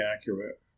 accurate